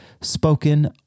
spoken